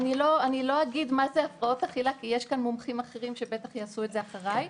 אני לא אגיד מהן הפרעות אכילה כי יש כאן מומחים שבטח יעשו את זה אחרי.